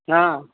ஆ